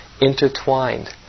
intertwined